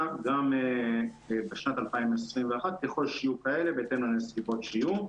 גם בשנת 2021 ככל שיהיו כאלה בהתאם לנסיבות שיהיו.